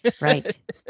Right